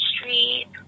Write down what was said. Street